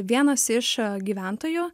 vienas iš gyventojų